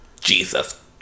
jesus